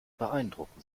beeindrucken